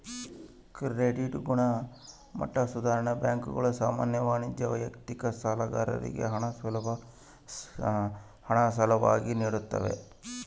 credit ಗುಣಮಟ್ಟ ಸುಧಾರಣೆ ಬ್ಯಾಂಕುಗಳು ಸಾಮಾನ್ಯ ವಾಣಿಜ್ಯ ವೈಯಕ್ತಿಕ ಸಾಲಗಾರರಿಗೆ ಹಣ ಸಾಲವಾಗಿ ನಿಡ್ತವ